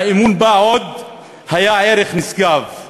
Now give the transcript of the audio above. והאמון בה עוד היה ערך נשגב.